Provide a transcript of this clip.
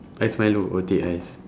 ice milo or teh ice